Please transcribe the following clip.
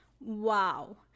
Wow